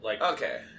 Okay